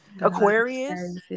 Aquarius